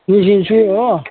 निस्किन्छु हो